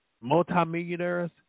Multimillionaires